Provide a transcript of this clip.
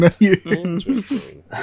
interesting